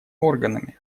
органами